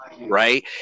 right